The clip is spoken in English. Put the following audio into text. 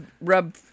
rub